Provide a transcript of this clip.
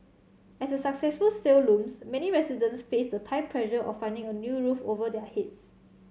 as a successful sale looms many residents face the time pressure of finding a new roof over their heads